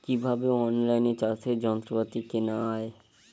কিভাবে অন লাইনে চাষের যন্ত্রপাতি কেনা য়ায়?